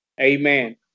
Amen